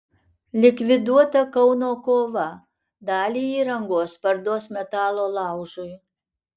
likviduota kauno kova dalį įrangos parduos metalo laužui